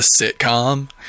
sitcom